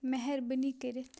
مہربٲنی کٔرِتھ